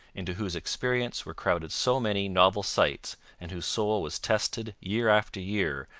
into whose experience were crowded so many novel sights and whose soul was tested, year after year,